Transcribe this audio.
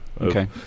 Okay